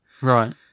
Right